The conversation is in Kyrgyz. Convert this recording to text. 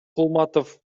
кулматов